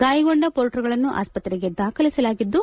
ಗಾಯಗೊಂಡ ಪೊರ್ಟರ್ಗಳನ್ನು ಆಸ್ಪತ್ರೆಗೆ ದಾಖಲಿಸಲಾಗಿದ್ದು